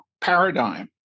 paradigm